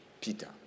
Peter